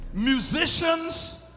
musicians